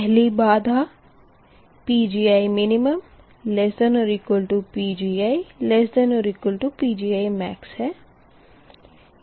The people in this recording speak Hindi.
पहली बाधा PgiminPgiPgimax है